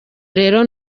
rero